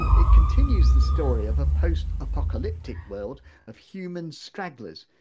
it continues the story of a post-apocalyptic world of human stragglers,